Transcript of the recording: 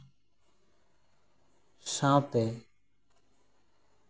ᱥᱟᱶᱛᱮ